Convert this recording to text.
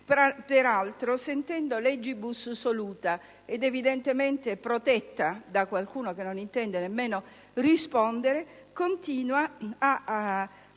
peraltro, sentendosi *legibus soluta* ed evidentemente protetta da qualcuno che non intende nemmeno rispondere, continua a fare